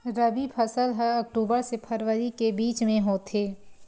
रबी फसल हा अक्टूबर से फ़रवरी के बिच में होथे